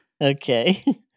okay